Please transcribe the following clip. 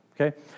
okay